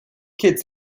kids